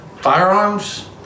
firearms